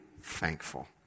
thankful